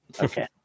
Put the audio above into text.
Okay